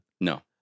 No